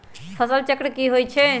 फसल चक्र की होई छै?